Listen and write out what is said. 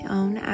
own